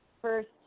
first